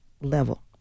level